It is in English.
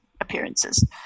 appearances